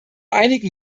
einigen